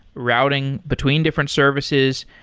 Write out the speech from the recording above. routing between different services.